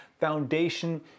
foundation